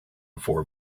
for